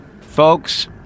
folks